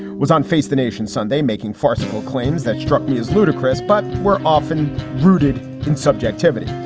was on face the nation sunday making farcical claims that struck me as ludicrous but were often rooted in subjectivity.